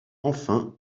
enfin